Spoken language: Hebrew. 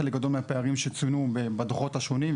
חלק גדול מהפערים שצוינו בדוחות השונים,